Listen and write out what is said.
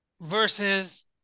versus